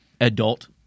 adult